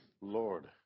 Lord